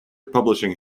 publishing